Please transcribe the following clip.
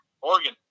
Oregon